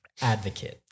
Advocate